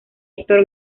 hector